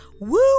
woo